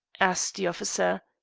asked the officer.